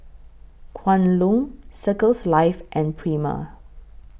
Kwan Loong Circles Life and Prima